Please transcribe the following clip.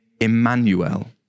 Emmanuel